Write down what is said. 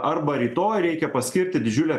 arba rytoj reikia paskirti didžiulę